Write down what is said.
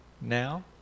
now